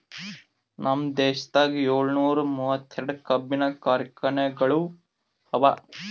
ನಮ್ ದೇಶದಾಗ್ ಏಳನೂರ ಮೂವತ್ತೆರಡು ಕಬ್ಬಿನ ಕಾರ್ಖಾನೆಗೊಳ್ ಅವಾ